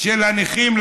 של הנכים,